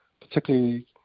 particularly